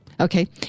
Okay